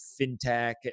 fintech